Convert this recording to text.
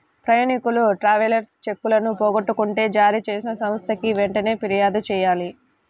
ప్రయాణీకులు ట్రావెలర్స్ చెక్కులను పోగొట్టుకుంటే జారీచేసిన సంస్థకి వెంటనే పిర్యాదు చెయ్యాలి